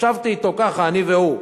ישבתי אתו ככה, אני והוא,